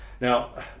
Now